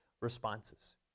responses